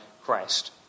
Christ